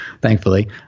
thankfully